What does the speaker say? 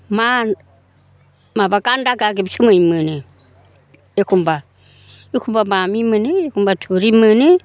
मा माबा गान्दा गागेब समै मोनो एखम्बा एखम्बा बामि मोनो एखम्बा थुरि मोनो